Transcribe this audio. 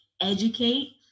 educate